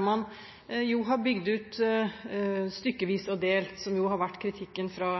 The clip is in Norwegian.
man bygde ut stykkevis og delt, som har vært grunnen til kritikken – fra